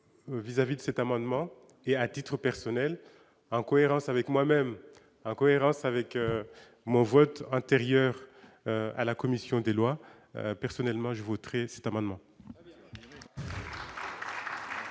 vis-à-vis de cet amendement et à titre personnel, en cohérence avec moi-même, en cohérence avec mon vote intérieure à la commission des lois, personnellement, je voterai c'est amendement.